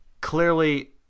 Clearly